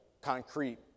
concrete